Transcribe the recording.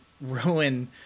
ruin